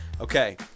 Okay